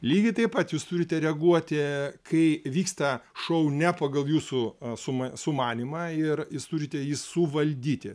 lygiai taip pat jūs turite reaguoti kai vyksta šou ne pagal jūsų sumą sumanymą ir jūs turite jį suvaldyti